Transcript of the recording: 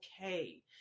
okay